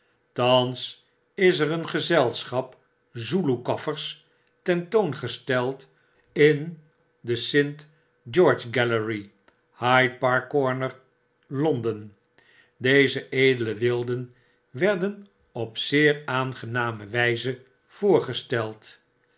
thans is er een gezelschap zoeloe kaffers ten toon gesteld in de st george galery hyde park corner londen deze edele wilden werden op zeer aangename wyze voorgesteld